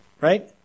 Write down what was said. Right